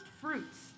fruits